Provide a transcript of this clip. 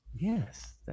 Yes